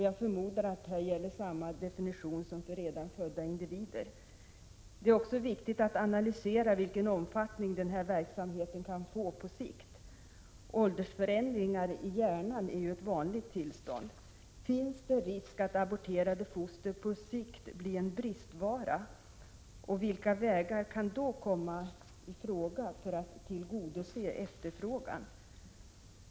Jag förmodar att samma definition gäller som för redan födda individer. Det är också viktigt att analysera vilken omfattning den här verksamheten kan få på sikt. Åldersförändringar i hjärnan är ju ett vanligt tillstånd. Finns det risk att aborterade foster på sikt blir en bristvara, och vilka vägar kan då komma i fråga för att tillgodose efterfrågan?